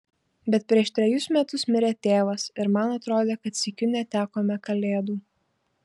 bet prieš trejus metus mirė tėvas ir man atrodė kad sykiu netekome kalėdų